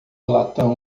latão